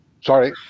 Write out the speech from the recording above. Sorry